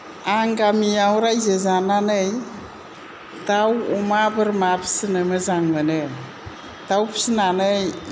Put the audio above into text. आं गामियाव राइजो जानानै दाउ अमा बोरमा फिसिनो मोजां मोनो दाउ फिसिनानै